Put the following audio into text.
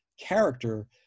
character